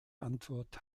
antwort